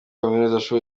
kaminuza